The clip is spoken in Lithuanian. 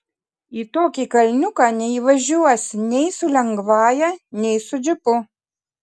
į tokį kalniuką neįvažiuosi nei su lengvąja nei su džipu